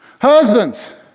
Husbands